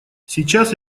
сейчас